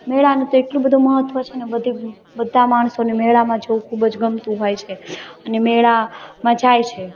મેળાનું તો એટલું બધું મહત્ત્વ છે ને બધી બધા માણસોને મેળામા જવું ખૂબ જ ગમતું હોય છે અને મેળામા જાય છે